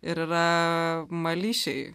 ir mališiai